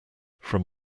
from